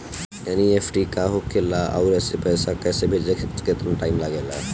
NEFT का होखे ला आउर एसे पैसा भेजे मे केतना टाइम लागेला?